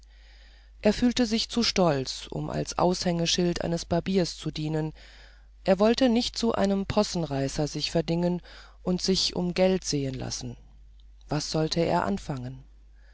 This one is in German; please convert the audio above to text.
er fühlte sich zu stolz um als aushängeschild eines barbiers zu dienen er wollte nicht zu einem possenreißer sich verdingen und sich um geld sehen lassen was sollte er anfangen